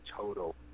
total